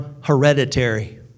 hereditary